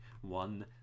one